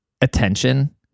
attention